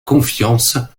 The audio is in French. confiance